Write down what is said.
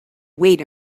wait